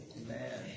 Amen